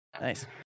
Nice